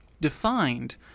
Defined